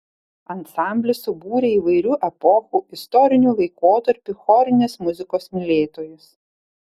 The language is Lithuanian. ansamblis subūrė įvairių epochų istorinių laikotarpių chorinės muzikos mylėtojus